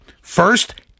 First